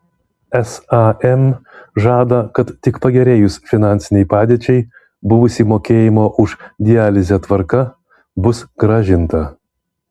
sam žada kad tik pagerėjus finansinei padėčiai buvusi mokėjimo už dializę tvarka bus grąžinta